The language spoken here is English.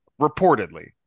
reportedly